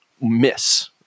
miss